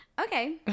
Okay